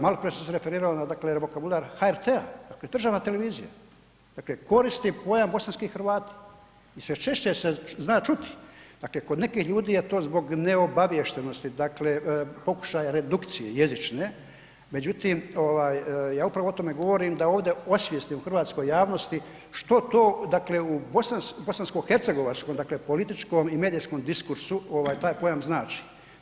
Malo prije sam se referirao dakle na vokabular HRT, dakle državna televizija, koristi pojam bosanski Hrvati i sve češće se zna čuti, dakle kod nekih ljudi je to zbog neobaviještenosti, dakle pokušaja redukcije jezične, međutim ovaj ja upravo o tome govorim da ovdje osvijestim hrvatskoj javnosti što to dakle u bosansko-hercegovačkom dakle i političkom i medijskom diskursu ovaj taj pojam znači.